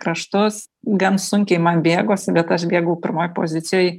kraštus gan sunkiai man bėgosi bet aš bėgau pirmoj pozicijoj